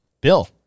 Bill